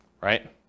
right